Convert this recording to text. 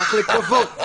צריך לקוות.